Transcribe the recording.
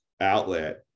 outlet